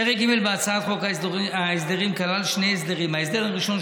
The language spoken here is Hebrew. פרק ג' בהצעת חוק ההסדרים כלל שני הסדרים: ההסדר הראשון,